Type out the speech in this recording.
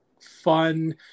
fun